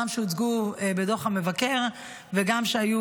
גם אלה שהוצגו בדוח המבקר וגם אלה שהיו